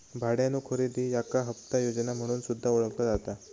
भाड्यानो खरेदी याका हप्ता योजना म्हणून सुद्धा ओळखला जाता